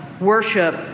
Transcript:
worship